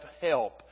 help